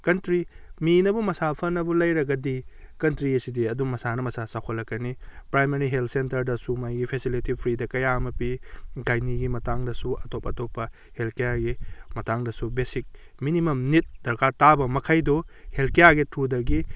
country ꯃꯤꯅꯕꯨ ꯃꯁꯥ ꯐꯅꯕꯨ ꯂꯩꯔꯒꯗꯤ ꯀꯟꯇ꯭ꯔꯤ ꯑꯁꯤꯗꯤ ꯑꯗꯨꯝ ꯃꯁꯥꯅ ꯃꯁꯥ ꯆꯥꯎꯈꯠꯂꯛꯀꯅꯤ ꯄ꯭ꯔꯥꯏꯃꯥꯔꯤ ꯍꯦꯜꯊ ꯁꯦꯟꯇꯔꯗꯁꯨ ꯃꯥꯒꯤ ꯐꯦꯁꯦꯂꯤꯇꯤ ꯐ꯭ꯔꯤꯗ ꯀꯌꯥ ꯑꯃ ꯄꯤ ꯒꯥꯏꯅꯤꯒꯤ ꯃꯇꯥꯡꯗꯁꯨ ꯑꯇꯣꯞ ꯑꯇꯣꯞꯄ ꯍꯦꯜꯊ ꯀꯤꯌꯥꯔꯒꯤ ꯃꯇꯥꯡꯗꯁꯨ ꯕꯦꯁꯤꯛ ꯃꯤꯅꯤꯃꯝ ꯅꯤꯗ ꯗꯔꯀꯥꯔ ꯇꯥꯕ ꯃꯈꯩꯗꯨ ꯍꯦꯜꯊ ꯀꯤꯌꯥꯔꯒꯤ ꯊ꯭ꯔꯨꯗꯒꯤ